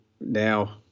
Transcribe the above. now